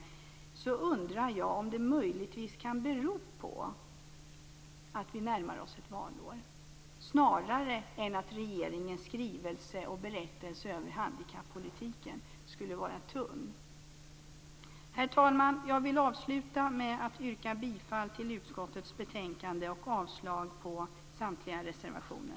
Jag undrar om det möjligtvis kan bero på att vi närmar oss ett valår snarare än att regeringens skrivelse och berättelse över handikappolitiken skulle vara tunn. Herr talman! Jag vill avsluta med att yrka bifall till utskottets hemställan i betänkandet och avslag på samtliga reservationer.